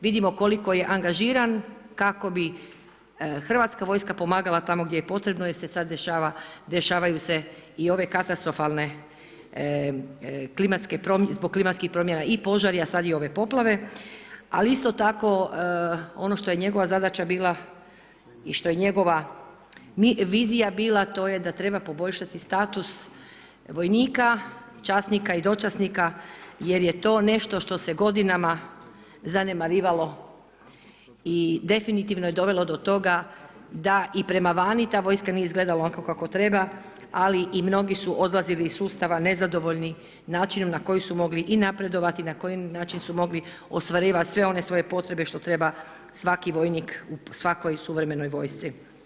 Vidimo koliko je angažiran kako bi hrvatska vojska pomagala tamo gdje je potrebno jer dešavaju se i ove katastrofalne, zbog klimatskih promjena i požari a sad i ove poplave a isto tako ono što njegova zadaća bila, i što je njegova vizija bila, to je da treba poboljšati status vojnika, časnika i dočasnika jer je to nešto što se godinama zanemarivalo i definitivno je dovelo do toga da i prema vani ta vojska nije izgledala onako kako treba ali i mnogi su odlazili iz sustava nezadovoljni načinom na koji su mogli i napredovati, na koji način su mogli ostvarivat sve one svoje potrebe što treba svaki vojnik u svakoj suvremenoj vojsci.